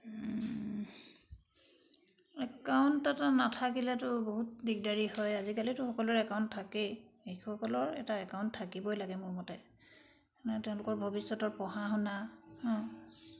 account এটা নাথাকিলেতো বহুত দিগদাৰি হয় আজিকালিতো সকলোৰে একাউণ্ট থাকেই শিশুসকলৰ এটা একাউণ্ট থাকিবই লাগে মোৰ মতে মানে তেওঁলোকৰ ভৱিষ্যতৰ পঢ়া শুনা